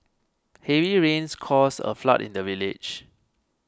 heavy rains caused a flood in the village